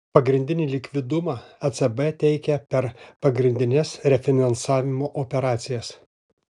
pagrindinį likvidumą ecb teikia per pagrindines refinansavimo operacijas